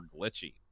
glitchy